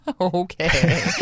Okay